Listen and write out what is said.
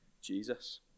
Jesus